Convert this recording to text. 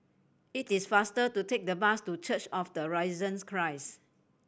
it is faster to take the bus to Church of the Risen Christ